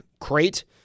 crate